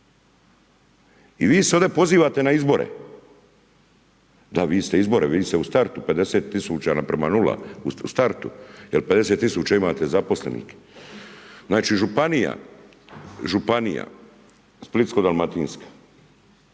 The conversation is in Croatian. I vi se ovdje pozivate na izbore? Da vi ste izbore, vidi se u startu 50 tisuća prema nula u startu. Jer 50 tisuća imate zaposlenih. Znači županija, Splitsko-dalmatinska,